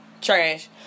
trash